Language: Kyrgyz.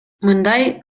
мындай